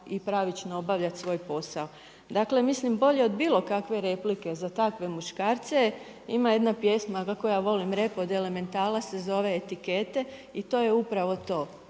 i pravično obavljati svoj posao? Dakle, mislim bolje od bilokakve replike za takve muškarce, ima jedna pjesma, kako ja volim rap od Elementala se zove „Etikete“ i to je upravo to.